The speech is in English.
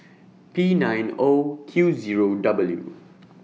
P nine O Q Zero W